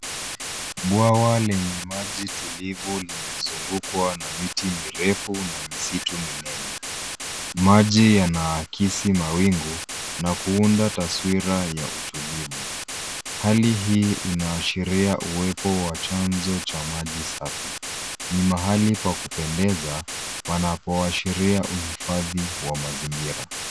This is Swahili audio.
Bwawa lenye maji tulivu limezungukwa na miti mirefu na misitu minene. Maji yanaakisi mawingu na kuunda taswira ya utulivu. Hali hii inaashiria uwepo wa chanzo cha maji safi. Ni mahali pa kupendeza panapoashiria uhifadhi wa mazingira.